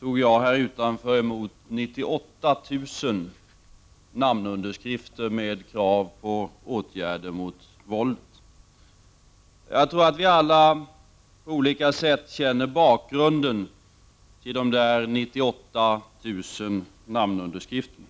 tog jag här utanför riksdagshuset emot 98 000 namnunderskrifter med krav på åtgärder mot våldet. Jag tror att vi alla på olika sätt känner bakgrunden till dessa 98 000 namnunderskrifter.